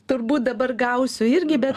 turbūt dabar gausiu irgi bet